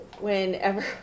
whenever